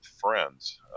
friends